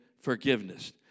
forgiveness